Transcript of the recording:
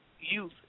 Youth